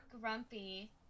Grumpy